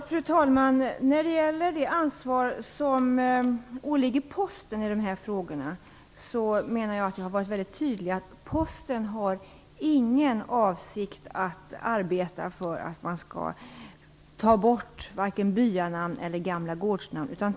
Fru talman! När det gäller det ansvar som åligger Posten i de här frågorna menar jag att det har tydliggjorts att Posten inte har någon avsikt att arbeta för att ta bort vare sig byanamn eller gamla gårdsnamn.